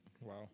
Wow